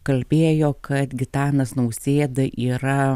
kalbėjo kad gitanas nausėda yra